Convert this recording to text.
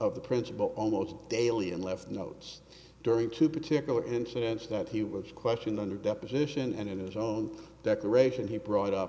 of the principal almost daily and left notes during two particular incidents that he was questioned under deposition and in his own decoration he brought up